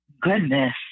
goodness